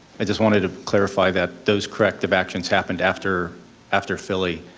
i just wanted to clarify that those corrective actions happened after after philly.